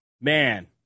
Man